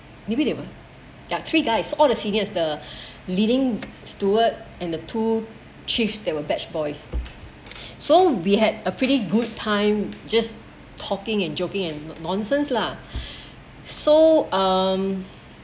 maybe they were ya three guys all the seniors the leading steward and the two chiefs they were batch boys so we had a pretty good time just talking and joking in nonsense lah so um